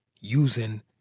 using